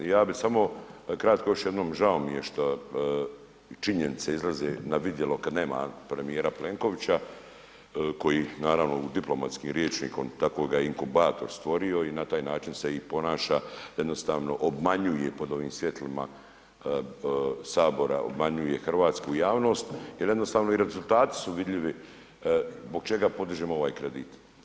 Ja bi samo kratko još jednom, žao mi je što činjenice izlaze na vidjelo kad nema premijera Plenkovića koji naravno u diplomatskim rječnikom tako ga inkubator stvorio i na taj način se i ponaša da jednostavno obmanjuje pod ovim svjetlima sabora, obmanjuje hrvatsku javnost jer jednostavno i rezultati su vidljivi zbog čega podižemo ovaj kredit.